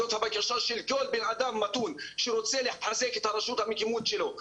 זאת הבקשה של כל בן אדם מתון שרוצה לחזק את הרשות המקומית שלו.